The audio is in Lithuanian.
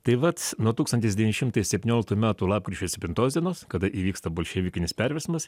tai vat nuo tūkstantis devyni šimtai septynioliktų metų lapkričio septintos dienos kada įvyksta bolševikinis perversmas